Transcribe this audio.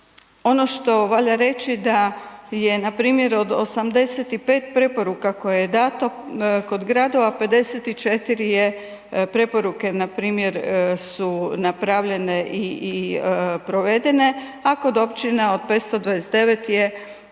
ono što valja reći da je npr. od 85 preporuka koje je dato kod gradova 54 je preporuke npr. su napravljene i provedene, a kod općina od 529 je